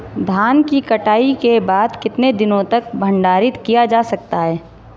धान की कटाई के बाद कितने दिनों तक भंडारित किया जा सकता है?